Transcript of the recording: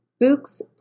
Books